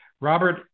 Robert